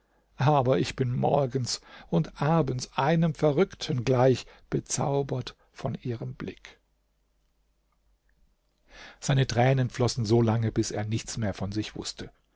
aber ich bin morgens und abends einem verrückten gleich bezaubert von ihrem blick seine tränen flossen so lange bis er nichts mehr von sich wußte